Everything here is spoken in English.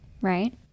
right